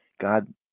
God